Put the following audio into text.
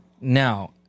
Now